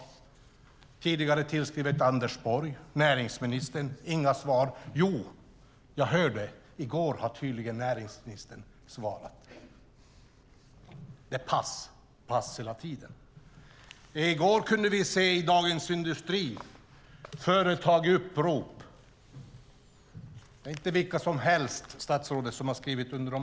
Man har tidigare tillskrivit Anders Borg och näringsministern men inte fått något svar. Jo, jag hörde i går att näringsministern tydligen har svarat. I går kunde vi i Dagens Industri se ett upprop från företag. Det är inte vilka som helst som har skrivit under det.